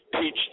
teach